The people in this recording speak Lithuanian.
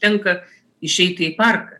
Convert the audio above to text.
tenka išeiti į parką